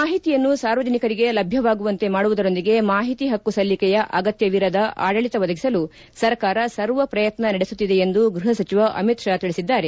ಮಾಹಿತಿಯನ್ನು ಸಾರ್ವಜನಿಕರಿಗೆ ಲಭ್ಯವಾಗುವಂತೆ ಮಾಡುವುದರೊಂದಿಗೆ ಮಾಹಿತಿ ಹಕ್ಕು ಸಲ್ಲಿಕೆಯ ಅಗತ್ಯವಿರದ ಆಡಳಿತ ಒದಗಿಸಲು ಸರ್ಕಾರ ಸರ್ವ ಪ್ರಯತ್ನ ನಡೆಸುತ್ತಿದೆ ಎಂದು ಗ್ಬಹ ಸಚಿವ ಅಮಿತ್ ಷಾ ತಿಳಿಸಿದ್ದಾರೆ